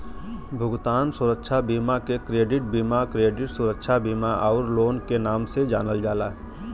भुगतान सुरक्षा बीमा के क्रेडिट बीमा, क्रेडिट सुरक्षा बीमा आउर लोन के नाम से जानल जाला